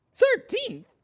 Thirteenth